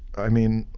i mean,